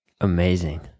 Amazing